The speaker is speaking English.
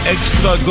Extra